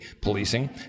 policing